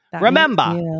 Remember